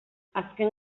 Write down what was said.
azken